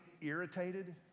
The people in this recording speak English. irritated